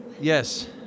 Yes